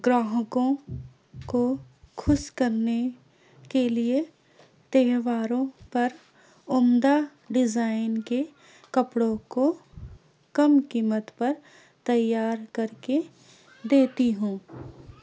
گراہکوں کو خوش کرنے کے لیے تہواروں پر عمدہ ڈیزائن کے کپڑوں کو کم قیمت پر تیار کر کے دیتی ہوں